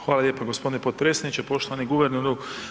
Hvala lijepo gospodine podpredsjedniče, poštovani guverneru.